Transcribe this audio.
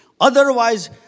Otherwise